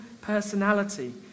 personality